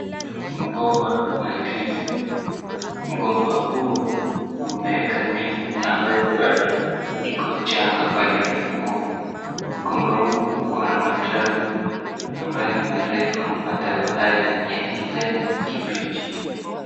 Mgomba wa ndizi, mgomba huu umeeka ndizi ambayo bado iko changa bado inakua. Mgomba huu uko na matawi ambaye ni marefu. matawi haya ni ya kijani kimbichi.